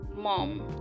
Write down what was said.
mom